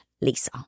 Lisa